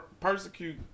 persecute